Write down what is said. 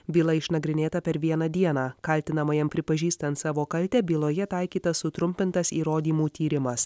byla išnagrinėta per vieną dieną kaltinamajam pripažįstant savo kaltę byloje taikytas sutrumpintas įrodymų tyrimas